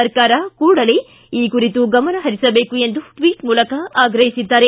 ಸರ್ಕಾರ ಕೂಡಲೇ ಈ ಕುರಿತು ಗಮನ ಹರಿಸಬೇಕು ಎಂದು ಟ್ಲಿಟ್ ಮೂಲಕ ಆಗ್ರಹಿಸಿದ್ದಾರೆ